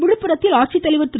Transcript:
விழுப்புரத்தில் ஆட்சித்தலைவர் திரு